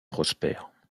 prospère